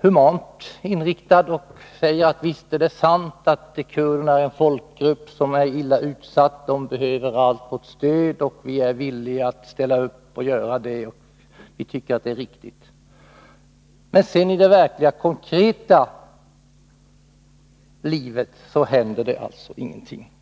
humant inriktad och säger: Visst är det sant att kurderna är en folkgrupp som är illa utsatt, de behöver allt vårt stöd, och vi är villiga att ställa upp och ge dem det — vi tycker att det är riktigt. Men sedan, i det verkliga, konkreta livet, händer alltså ingenting.